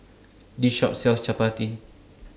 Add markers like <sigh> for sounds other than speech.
<noise> This Shop sells Chappati